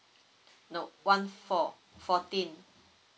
no one four fourteen